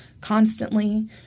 constantly